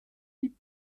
die